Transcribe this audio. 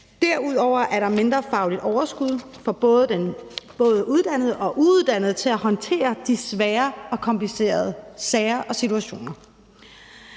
Derudover er der mindre fagligt overskud hos både uddannede og uuddannede til at håndtere de svære og komplicerede sager og situationer.